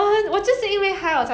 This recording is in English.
how many seasons though